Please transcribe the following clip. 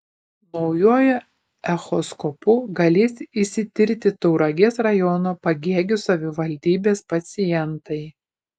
naujuoju echoskopu galės išsitirti tauragės rajono pagėgių savivaldybės pacientai